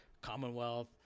Commonwealth